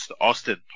Austin